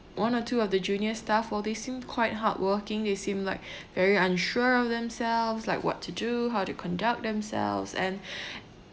one or two of the junior staff while they seemed quite hardworking they seemed like very unsure of themselves like what to do how to conduct themselves and